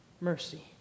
mercy